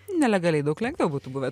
nelegaliai daug lengviau būtų buvę